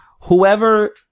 whoever